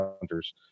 hunters